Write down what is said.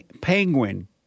Penguin